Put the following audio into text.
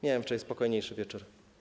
Miałem wczoraj spokojniejszy wieczór.